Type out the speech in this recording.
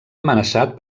amenaçat